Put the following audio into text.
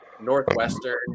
Northwestern